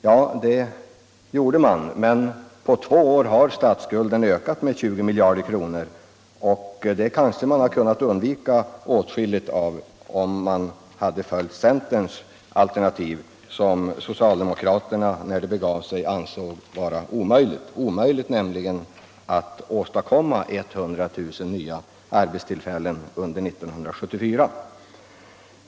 Ja, det gjorde man, men priset är att på två år har statsskulden till utlandet ökat med 20 miljarder kronor. Man hade kunnat undvika åtskilligt av den skulden, om man hade följt centerns alternativa förslag, som socialdemokraterna när det begav sig ansåg vara omöjligt att acceptera — omöjligt nämligen att åstadkomma 100 000 nya arbetstillfällen under 1974.